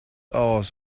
aus